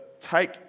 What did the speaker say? take